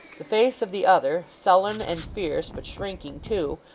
the face of the other, sullen and fierce, but shrinking too,